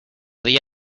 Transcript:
día